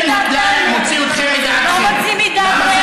לא מוציא מדעתנו.